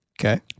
Okay